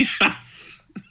yes